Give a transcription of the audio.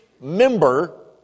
member